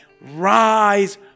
rise